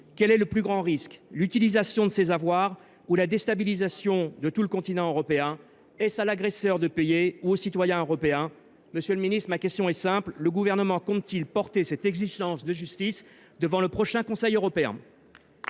quel est le plus grand risque ? L’utilisation de ces avoirs ou la déstabilisation de l’ensemble du continent européen ? Est ce à l’agresseur ou aux citoyens européens de payer ? Ma question est simple : le Gouvernement compte t il porter cette exigence de justice devant le prochain Conseil européen ?